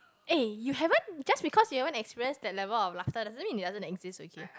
eh you haven't just because you haven't express that level of laughter doesn't mean it doesn't exist okay